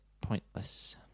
pointless